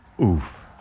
oof